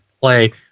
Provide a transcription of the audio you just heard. play